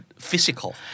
physical